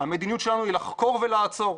המדיניות שלנו היא לחקור ולעצור'.